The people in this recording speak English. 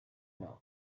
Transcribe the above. know